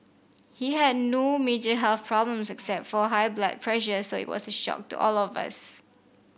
he had no major health problems except for high blood pressure so it was a shock to all of us